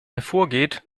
hervorgeht